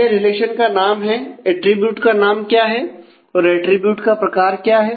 यह रिलेशन का नाम है एट्रिब्यूट का नाम क्या है और एट्रिब्यूट का प्रकार क्या है